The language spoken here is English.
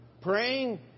praying